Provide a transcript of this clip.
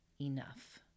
enough